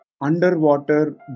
Underwater